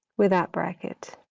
without bracket.